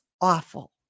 awful